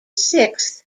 sixth